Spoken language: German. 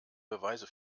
beweise